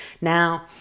Now